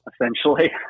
essentially